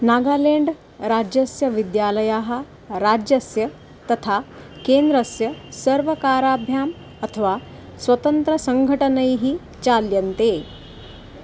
नागालेण्ड् राज्यस्य विद्यालयाः राज्यस्य तथा केन्द्रस्य सर्वकाराभ्याम् अथवा स्वतन्त्रसङ्घटनैः चाल्यन्ते